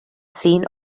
seen